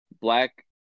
Black